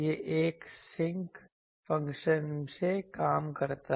यह एक sinc function से काम करता है